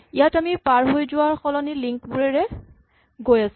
ইয়াত আমি পাৰ হৈ যোৱাৰ সলনি লিংক বোৰেৰে গৈ আছো